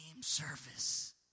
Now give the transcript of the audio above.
service